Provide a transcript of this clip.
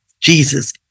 jesus